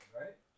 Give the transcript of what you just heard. right